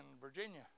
Virginia